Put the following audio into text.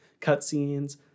cutscenes